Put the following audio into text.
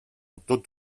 tots